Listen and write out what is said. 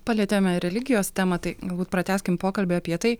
palietėme religijos temą tai galbūt pratęskim pokalbį apie tai